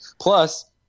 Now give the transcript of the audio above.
Plus